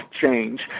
change